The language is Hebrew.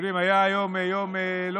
שחלקם, לצערנו הרב, נמצאים גם בסיטואציות מאוד